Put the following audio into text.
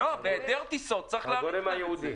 אימאן ח'טיב יאסין (רע"מ, רשימת האיחוד הערבי):